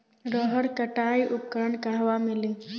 रहर कटाई उपकरण कहवा मिली?